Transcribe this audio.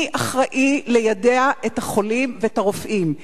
מי אחראי ליידע את החולים ואת הרופאים?